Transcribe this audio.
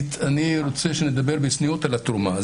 אני רוצה שנדבר בצניעות על התרומה.